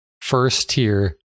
first-tier